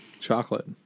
chocolate